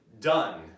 done